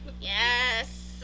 Yes